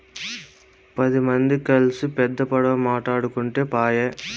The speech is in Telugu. పది మంది కల్సి పెద్ద పడవ మాటాడుకుంటే పాయె